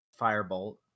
firebolt